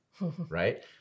right